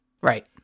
Right